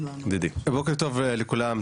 בוקר טוב לכולם,